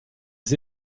des